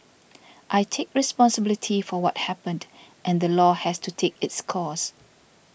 I take responsibility for what happened and the law has to take its course